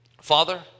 Father